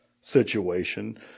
situation